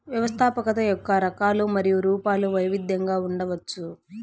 వ్యవస్థాపకత యొక్క రకాలు మరియు రూపాలు వైవిధ్యంగా ఉండవచ్చు